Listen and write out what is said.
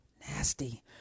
Nasty